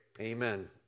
amen